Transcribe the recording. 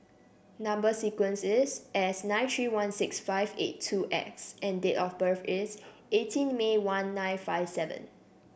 number sequence is S nine three one six five eight two X and date of birth is eighteen May one nine five seven